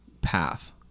path